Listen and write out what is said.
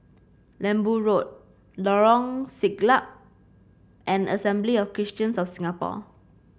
Lembu Road Lorong Siglap and Assembly of Christians of Singapore